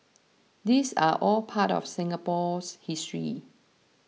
these are all part of Singapore's history